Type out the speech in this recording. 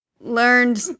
learned